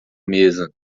mesa